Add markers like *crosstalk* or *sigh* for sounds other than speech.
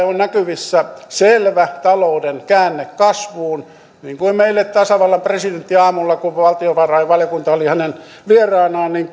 *unintelligible* on näkyvissä selvä talouden käänne kasvuun niin kuin meille tasavallan presidentti aamulla kun valtiovarainvaliokunta oli hänen vieraanaan